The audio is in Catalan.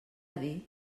dir